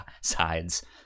sides